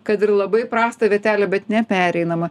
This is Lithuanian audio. kad ir labai prasta vietelė bet nepereinama